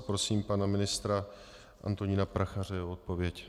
Poprosím pana ministra Antonína Prachaře o odpověď.